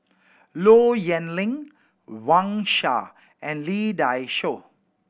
Low Yen Ling Wang Sha and Lee Dai Soh